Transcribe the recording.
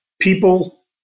people